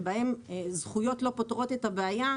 שבהם זכויות לא פותרות את הבעיה,